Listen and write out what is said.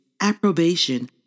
approbation